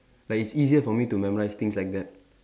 like it's easier for me to memorise things like that